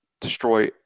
destroy